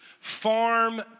farm